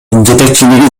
жетекчилиги